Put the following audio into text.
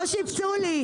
לא שיפצו לי.